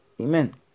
Amen